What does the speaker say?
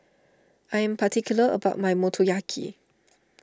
I am particular about my Motoyaki